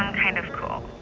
um kind of cool.